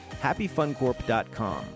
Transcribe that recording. HappyFunCorp.com